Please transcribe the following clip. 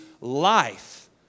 life